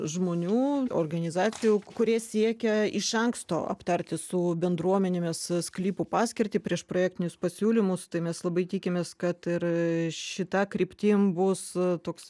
žmonių organizacijų kurie siekia iš anksto aptarti su bendruomenėmis sklypų paskirtį prieš projektinius pasiūlymus tai mes labai tikimės kad ir šita kryptim bus toks